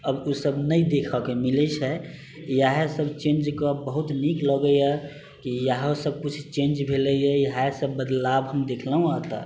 अब ओ सब नहि देखऽके मिलै छै इएह सब चेन्ज कऽ बहुत नीक लगइए इएह सबकिछु चेन्ज भेलैए इएह सब किछु बदलाव हम देखलहुँ हँ